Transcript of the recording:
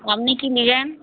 আপনি কী নেবেন